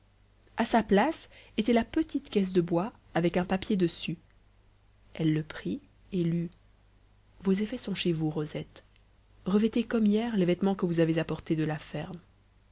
a sa place était la petite caisse de bois avec un papier dessus elle le prit et lut vos effets sont chez vous rosette revêtez comme hier les vêtements que vous avez apportés de la ferme